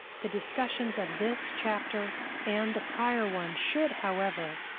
the discussions of this chapter and the prior one should, however,